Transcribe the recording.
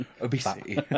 obesity